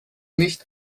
nicht